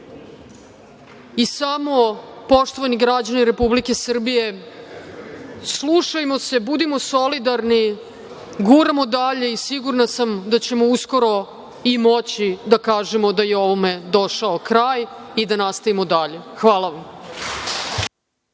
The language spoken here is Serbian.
Samo poštovani građani Republike Srbije slušajmo se, budimo solidarni, guramo dalje i sigurna sam da ćemo uskoro i moći da kažemo da je ovome došao kraj i da nastavimo dalje. Hvala vam.